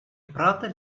правда